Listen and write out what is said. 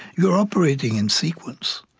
you are operating in sequence,